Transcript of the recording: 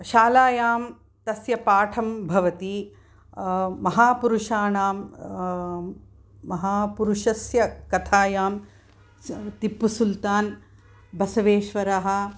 शालायां तस्य पाठं भवति महापुरुषाणां महापुरुषस्य कथायां तिप्पुसुल्तान् बसवेश्वरः